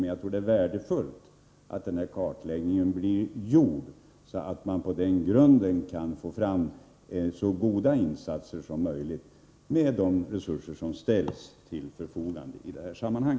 Men jag menar att det är värdefullt att kartlägg 25 maj 1984 ningen blir gjord, så att man på den grunden kan få fram så goda insatser som möjligt med de resurser som ställs till förfogande i detta sammanhang.